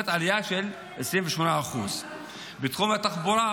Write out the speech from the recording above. זאת אומרת עלייה של 28%; בתחום התחבורה,